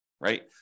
right